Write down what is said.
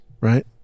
right